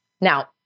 Now